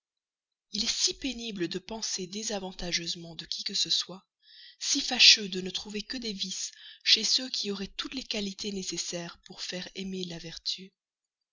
il est si pénible de penser désavantageusement de qui que se soit si fâcheux de ne trouver que des vices chez ceux qui auraient toutes les qualités nécessaires pour faire aimer la vertu